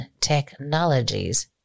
technologies